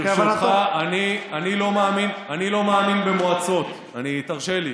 ברשותך, אני לא מאמין במועצות, תרשה לי,